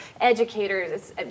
educators